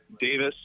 Davis